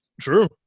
True